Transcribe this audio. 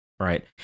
Right